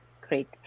Great